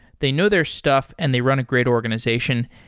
they know their stuff and they run a great organization.